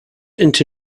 into